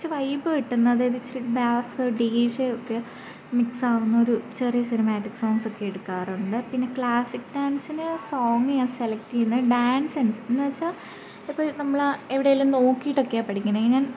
കുറച്ച് വൈബ് കിട്ടുന്ന അതായത് ഇച്ചിരി ബാസ് ഡി ജെ ഒക്കെ മിക്സാകുന്നൊരു ചെറിയ സിനിമാറ്റിക്ക് സോങ്ങ്സൊക്കെ എടുക്കാറുണ്ട് പിന്നെ ക്ലാസ്സിക്ക് ഡാൻസിനു സോങ്ങ് ഞാൻ സെലക്റ്റ് ചെയ്യുന്നത് ഡാൻസ് അനുസരിച്ച് എന്നു വെച്ചാൽ ഇപ്പം ഈ നമ്മളാ എവിടേലും നോക്കിയിട്ടൊക്കെയാണ് പഠിക്കണെ ഞാൻ